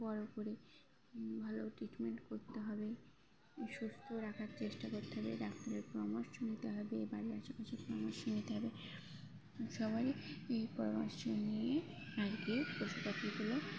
বড় করে ভালো ট্রিটমেন্ট করতে হবে সুস্থ রাখার চেষ্টা করতে হবে ডাক্তারের পরামর্শ নিতে হবে বাড়ির আশেপাশের পরামর্শ নিতে হবে সবারই এই পরামর্শ নিয়ে আর কি পশুপাখিগুলো